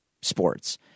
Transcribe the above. sports